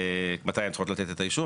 מתי הן צריכות לתת את אישור.